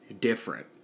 different